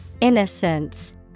Innocence